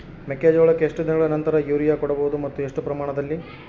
ಮೆಕ್ಕೆಜೋಳಕ್ಕೆ ಎಷ್ಟು ದಿನಗಳ ನಂತರ ಯೂರಿಯಾ ಕೊಡಬಹುದು ಮತ್ತು ಎಷ್ಟು ಪ್ರಮಾಣದಲ್ಲಿ?